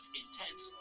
intense